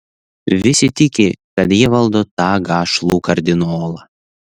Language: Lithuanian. visi tiki kad jie valdo tą gašlų kardinolą